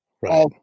Right